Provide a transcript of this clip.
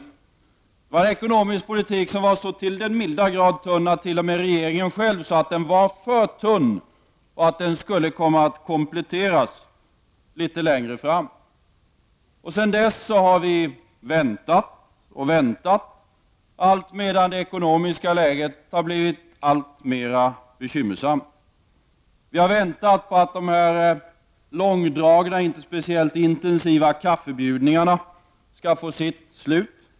Det var en finansplan med en ekonomisk politik som var så till den milda grad tunn att t.o.m. regeringen själv sade att den var för tunn och att den skulle kompletteras längre fram. Sedan dess har vi väntat och väntat alltmedan det ekonomiska läget har blivit alltmer bekymmersamt. Vi har väntat på att de långdragna, inte speciellt intensiva, kaffebjudningarna, skall få sitt slut.